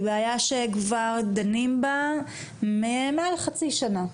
היא בעיה שדנים בה כבר מעל חצי שנה.